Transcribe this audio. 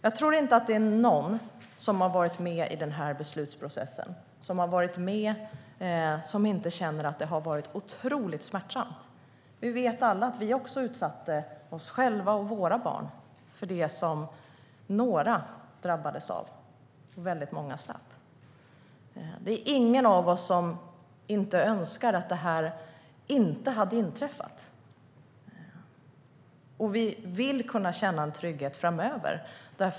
Jag tror inte att någon som har varit med i beslutsprocessen inte känner att det har varit otroligt smärtsamt. Vi vet alla att vi också utsatte oss själva och våra barn för det som några drabbades av och många slapp. Det är ingen av oss som inte önskar att detta inte hade inträffat. Vi vill känna oss trygga framöver.